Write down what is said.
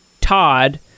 Todd